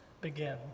begin